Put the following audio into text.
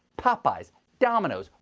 popeye's, domino's,